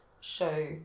show